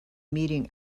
meeting